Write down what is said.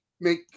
make